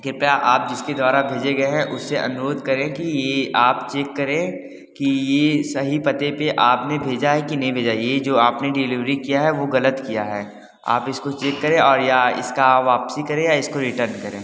कृपया आप जिसके द्वारा भेजे गए हैं उससे अनुरोध करें कि ये आप चेक करें कि ये सही पते पर आपने भेजा है कि नहीं भेजा ये जो आपने डिलीवरी किया है वो गलत किया है आप इसको चेक करें और या इसका वापसी करे या इसको रिटर्न करें